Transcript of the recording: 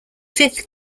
fifth